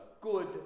good